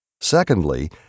Secondly